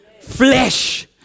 flesh